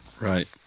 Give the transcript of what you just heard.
Right